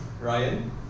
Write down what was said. Ryan